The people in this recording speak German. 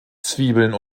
zwiebeln